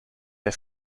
der